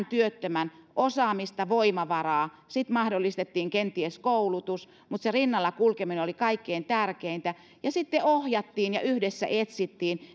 työttömän osaamista ja voimavaraa ja sitten mahdollistettiin kenties koulutus mutta se rinnalla kulkeminen oli kaikkein tärkeintä ja sitten ohjattiin ja yhdessä etsittiin